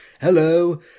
Hello